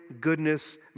goodness